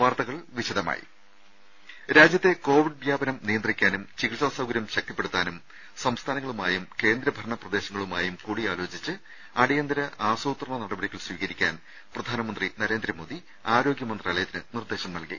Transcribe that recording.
വാർത്തകൾ വിശദമായി രാജ്യത്തെ കോവിഡ് വ്യാപനം നിയന്ത്രിക്കാനും ചികിത്സാ സൌകര്യം ശക്തിപ്പെടുത്താനും സംസ്ഥാനങ്ങളുമായും കേന്ദ്രഭരണ പ്രദേശങ്ങളുമായും കൂടിയാലോചിച്ച് അടിയന്തര ആസൂത്രണ നടപടികൾ സ്വീകരിക്കാൻ പ്രധാനമന്ത്രി നരേന്ദ്രമോദി ആരോഗ്യമന്ത്രാലയത്തിന് നിർദ്ദേശം നൽകി